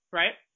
right